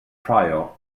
pryor